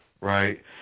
right